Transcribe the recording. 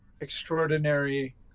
extraordinary